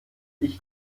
ich